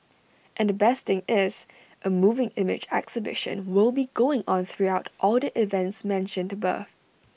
and the best thing is A moving image exhibition will be going on throughout all the events mentioned above